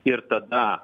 ir tada